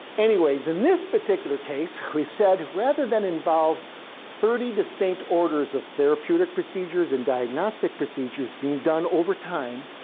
anyways, in this particular case, we said, rather than involve thirty distinct orders of therapeutic procedures and diagnostic procedures being done over time,